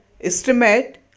estimate